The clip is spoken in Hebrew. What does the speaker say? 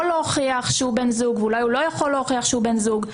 להוכיח שהוא בן זוג ואולי הוא לא יכול להוכיח שהוא בן זוג.